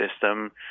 system